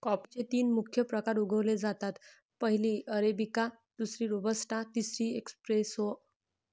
कॉफीचे तीन मुख्य प्रकार उगवले जातात, पहिली अरेबिका, दुसरी रोबस्टा, तिसरी एस्प्रेसो